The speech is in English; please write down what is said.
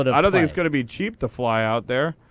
and i don't think it's going to be cheap to fly out there.